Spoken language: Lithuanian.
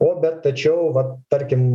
o bet tačiau vat tarkim